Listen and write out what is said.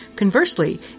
Conversely